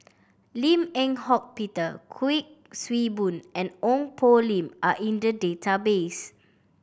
Lim Eng Hock Peter Kuik Swee Boon and Ong Poh Lim are in the database